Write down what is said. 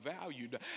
valued